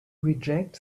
reject